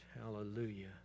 Hallelujah